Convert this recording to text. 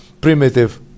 primitive